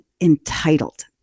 entitled